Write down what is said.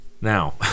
Now